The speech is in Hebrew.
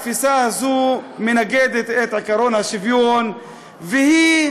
התפיסה הזו נוגדת את עקרון השוויון והיא